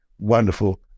wonderful